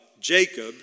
Jacob